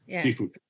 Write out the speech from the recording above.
seafood